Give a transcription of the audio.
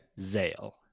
Zale